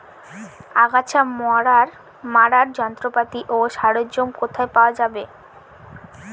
আগাছা মারার যন্ত্রপাতি ও সরঞ্জাম কোথায় পাওয়া যাবে?